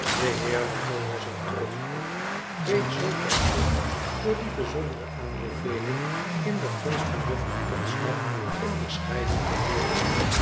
de heer lammie was er trotsch op reeds zoo terstond door die bijzondere aanbeveling in de gunst van juffrouw podsnap onderscheiden te worden